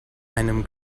einem